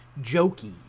jokey